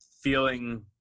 feeling